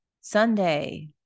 Sunday